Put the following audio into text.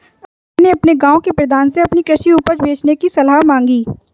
अजय ने अपने गांव के प्रधान से अपनी कृषि उपज बेचने की सलाह मांगी